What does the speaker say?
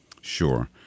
Sure